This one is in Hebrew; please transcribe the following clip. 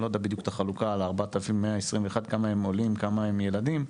אני לא יודע בדיוק את החלוקה של 4,121 כמה מהם עולים כמה ילדים,